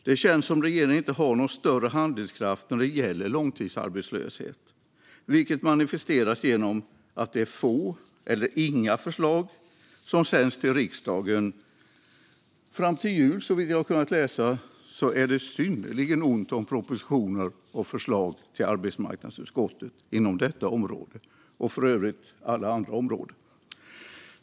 Det känns som att regeringen inte har någon större handlingskraft när det gäller långtidsarbetslöshet, vilket manifesteras genom att det är få eller inga förslag som sänds till riksdagen. Fram till jul är det, som vi har kunnat läsa, synnerligen ont om propositioner och förslag till arbetsmarknadsutskottet inom detta område och för övrigt alla andra områden.